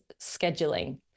scheduling